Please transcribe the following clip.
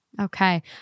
Okay